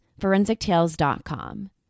ForensicTales.com